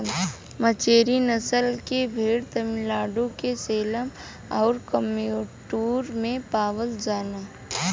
मचेरी नसल के भेड़ तमिलनाडु के सेलम आउर कोयम्बटूर में पावल जाला